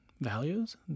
values